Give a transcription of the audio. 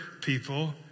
people